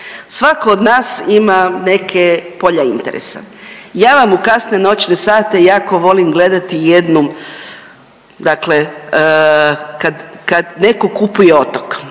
Svako od nas ima neke polja interesa, ja vam u kasne noćne sate jako volim gledati jednu dakle kad, kad neko kupuje otok,